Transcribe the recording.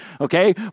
okay